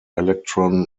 electron